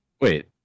Wait